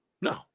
No